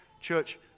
Church